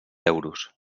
euros